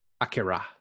Akira